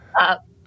up